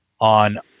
on